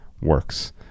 works